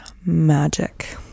magic